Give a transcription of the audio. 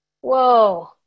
Whoa